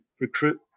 recruit